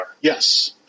Yes